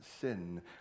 sin